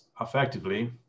effectively